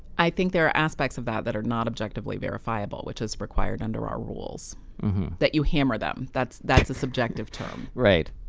i think there are aspect of that, that are not objectively verifiable which is required under our rules that you hammer them that's that's a subjective term right,